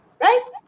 Right